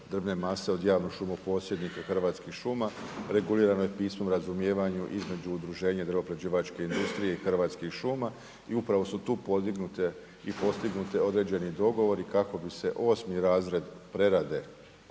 drvne mase od javnog šumoposjednika Hrvatskih šuma, regulirano je pismom o razumijevanju između udruženja drvno-prerađivačke industrije i Hrvatskih šuma i upravo su tu podignuti i postignuti određeni dogovori kako bi se osmi razred prerade